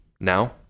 Now